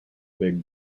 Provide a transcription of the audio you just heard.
big